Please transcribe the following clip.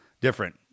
different